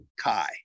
Kai